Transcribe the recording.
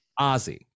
Ozzy